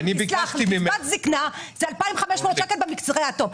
קצבת זקנה היא 2,500 שקלים במקרה הטוב.